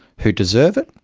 who deserve it,